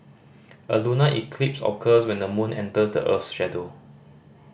a lunar eclipse occurs when the moon enters the earth's shadow